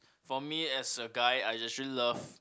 for me as a guy I usually love